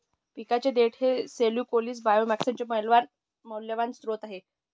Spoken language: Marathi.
पिकाचे देठ हे सेल्यूलोसिक बायोमासचे मौल्यवान स्त्रोत आहे